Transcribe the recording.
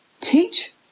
teach